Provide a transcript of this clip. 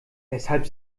weshalb